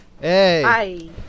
Hey